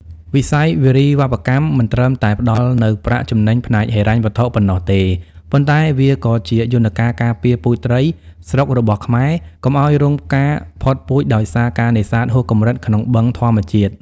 វិស័យវារីវប្បកម្មមិនត្រឹមតែផ្ដល់នូវប្រាក់ចំណេញផ្នែកហិរញ្ញវត្ថុប៉ុណ្ណោះទេ ប៉ុន្តែវាក៏ជាយន្តការការពារពូជត្រីស្រុករបស់ខ្មែរ កុំឱ្យរងការផុតពូជដោយសារការនេសាទហួសកម្រិតក្នុងបឹងធម្មជាតិ។